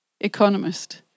economist